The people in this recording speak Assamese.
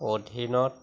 অধীনত